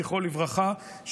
זכרו לברכה,